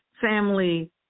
family